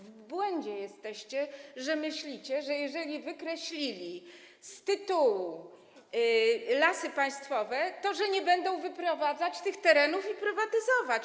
W błędzie jesteście, że myślicie, że jeżeli wykreślili z tytułu Lasy Państwowe, to że nie będą wyprowadzać tych terenów i ich prywatyzować.